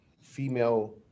female